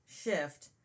shift